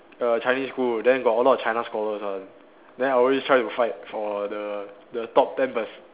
err Chinese school then got a lot of China scholars one then I always try to fight for the the top ten perc~